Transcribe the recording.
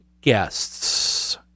guests